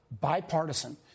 bipartisan